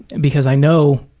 because i know,